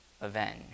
avenged